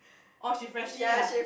orh she freshie ya